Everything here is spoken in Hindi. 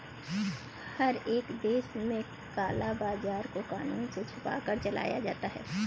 हर एक देश में काला बाजार को कानून से छुपकर चलाया जाता है